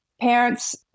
parents